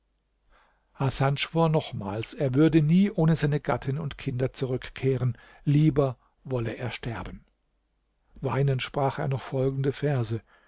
schwor nochmals er würde nie ohne seine gattin und kinder zurückkehren lieber wolle er sterben weinend sprach er noch folgende verse